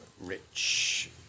Rich